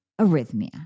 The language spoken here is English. arrhythmia